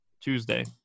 Tuesday